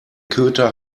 köter